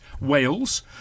Wales